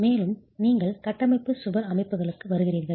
மேலும் நீங்கள் கட்டமைப்பு சுவர் அமைப்புகளுக்கு வருகிறீர்கள்